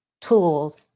tools